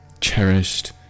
cherished